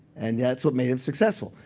and that's what made him successful.